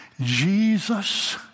Jesus